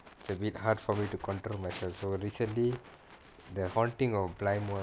it's a bit hard for me to control me so recently the haunting of blind [one]